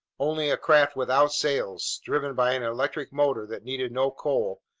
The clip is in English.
only a craft without sails, driven by an electric motor that needed no coal,